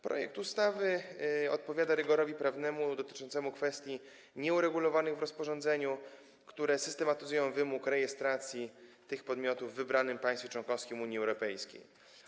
Projekt ustawy odpowiada rygorowi prawnemu dotyczącemu kwestii nieuregulowanych w rozporządzeniu, które systematyzują wymóg rejestracji tych podmiotów w wybranym państwie członkowskim Unii Europejskiej.